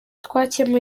twakemuye